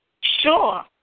Sure